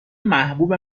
محبوب